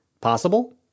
Possible